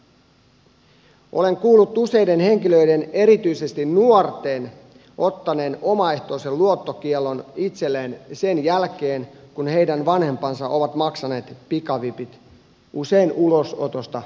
olen kuullut useiden henkilöiden erityisesti nuorten ottaneen omaehtoisen luottokiellon itselleen sen jälkeen kun heidän vanhempansa ovat maksaneet pikavipit usein ulosotosta pois